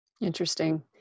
Interesting